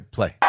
Play